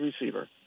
receiver